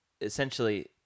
Essentially